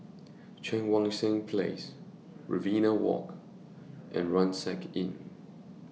Cheang Wan Seng Place Riverina Walk and Rucksack Inn